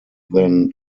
than